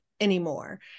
anymore